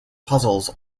puzzles